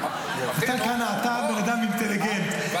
מתן כהנא, אתה בן אדם אינטליגנטי -- רגע.